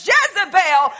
Jezebel